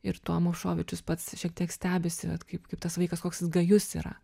ir tuo movšovičius pats šiek tiek stebisi vat kaip kaip tas vaikas koks jis gajus yra